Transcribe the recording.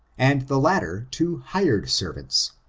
and the latter to hired servants.